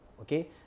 okay